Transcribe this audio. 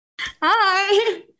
Hi